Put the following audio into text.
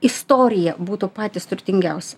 istoriją būtų patys turtingiausi